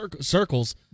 circles